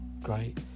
great